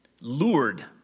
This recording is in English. Lured